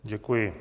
Děkuji.